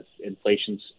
inflation